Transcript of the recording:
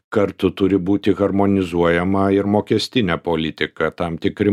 kartu turi būti harmonizuojama ir mokestinė politika tam tikri